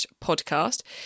podcast